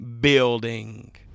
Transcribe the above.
building